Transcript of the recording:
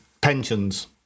pensions